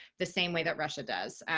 the same way that russia does.